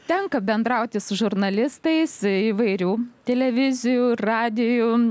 tenka bendrauti su žurnalistais įvairių televizijų radijų